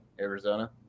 Arizona